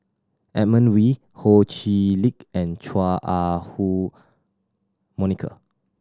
Edmund Wee Ho Chee Lick and Chua Ah Huwa Monica